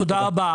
תודה.